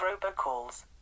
robocalls